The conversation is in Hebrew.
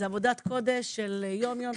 זה עבודת קודש של יום-יום,